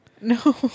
No